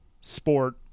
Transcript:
sport